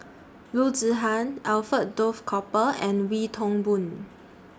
Loo Zihan Alfred Duff Cooper and Wee Toon Boon